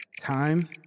Time